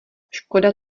škoda